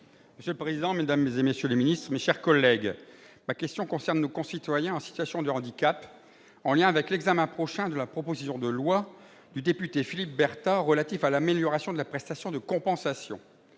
Monsieur le président, mesdames, messieurs les ministres, mes chers collègues, ma question concerne nos concitoyens en situation de handicap, en lien avec l'examen prochain de la proposition de loi du député Philippe Berta relative à l'amélioration de la prestation de compensation.